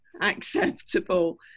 acceptable